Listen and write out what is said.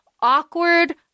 awkward